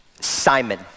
Simon